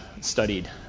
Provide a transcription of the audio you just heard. studied